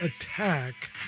attack